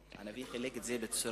הנביא חילק את זה בצורה,